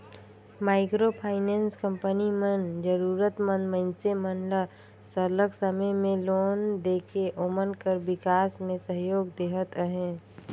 micro finance company मन जरूरत मंद मइनसे मन ल सरलग समे में लोन देके ओमन कर बिकास में सहयोग देहत अहे